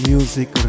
Music